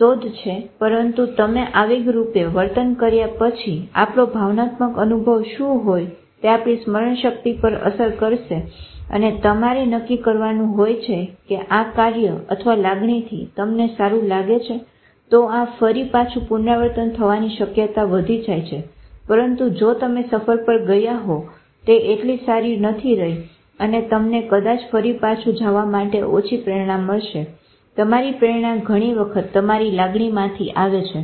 હોય છે જે આવે છે પરંતુ તમે આવેગરૂપે વર્તન કર્યા પછી આપણો ભાવનાત્મક અનુભવ શું હતો તે આપણી સ્મરણ શક્તિ પર અસર કરશે અને તમારે નક્કી કરવાનું હોય છે કે આ કાર્ય અથવા લાગણીથી તમને સારું લાગે છે તો આ ફરી પાછું પુનરાવર્તન થવાની શક્યતા વધી જાય છે પરંતુ જો તમે સફર ગયા હોવ તે એટલી સારી નથી રઈ અને તમને કદાચ ફરી પાછું જાવા માટે ઓછી પ્રેરણા મળશે તમારી પ્રેરણા ઘણીવખત તમારી લાગણીમાંથી આવે છે